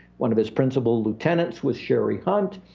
one of his principal lieutenants was sherry hunt.